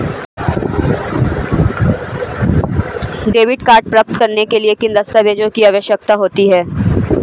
Debit card प्राप्त करने के लिए किन दस्तावेज़ों की आवश्यकता होती है?